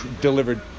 delivered